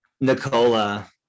Nicola